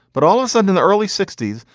but all of sudden in the early sixty s,